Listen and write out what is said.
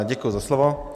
Děkuji za slovo.